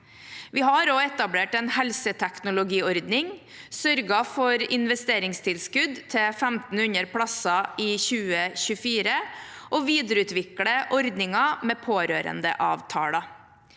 Vi har også etablert en helseteknologiordning og sørget for investeringstilskudd til 1 500 plasser i 2024, og vi videreutvikler ordningen med pårørendeavtaler.